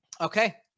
Okay